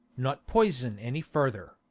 not poison any further.